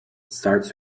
starts